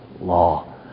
law